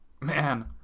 Man